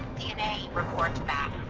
dna reports back.